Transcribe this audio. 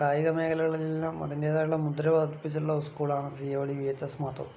കായിക മേഖലകളിൽ എല്ലാം അതിന്റെതായിട്ടുള്ള മുദ്ര പതിപ്പിച്ചിട്ടുള്ള സ്കൂളാണ് C M D V H S Mathur